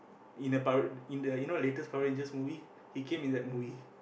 in the public in the you know latest Power-Rangers movie he came in that movie